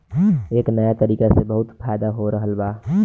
ए नया तरीका से बहुत फायदा हो रहल बा